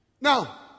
Now